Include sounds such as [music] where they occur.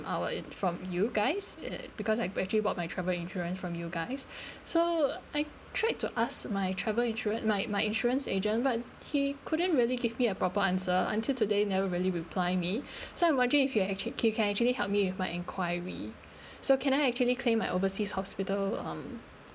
our from you guys eh because I actually bought my travel insurance from you guys [breath] so I tried to ask my travel insurance my my insurance agent but he couldn't really give me a proper answer until today never really reply me [breath] so I'm wondering if you actually you can actually help me with my enquiry [breath] so can I actually claim my overseas hospital um